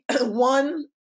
one